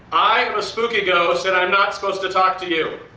spooky ghost, and i'm not supposed to talk to you!